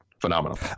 phenomenal